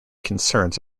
concerns